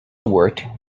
worked